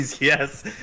Yes